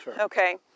Okay